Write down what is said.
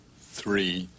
three